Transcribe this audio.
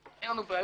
היא עם מנגנוני